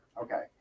Okay